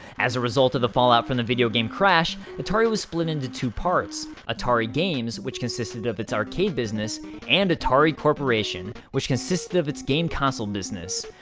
as a result of the fallout from the video game crash, atari was split into two parts atari games which consisted of its arcade business and atari corp. which consisted of its game console business.